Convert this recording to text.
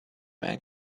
man